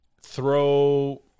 throw